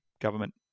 government